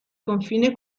confine